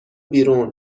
بیرون